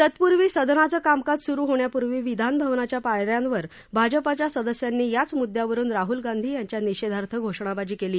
तत्पूर्वी सदनाचं कामकाज सुरू होण्यापूर्वी विधान भवनाच्या पायऱ्यांवर भाजपाच्या सदस्यांनी याच मुद्यावरून राहुल गांधी यांच्या निषेधार्थ घोषणाबाजी केली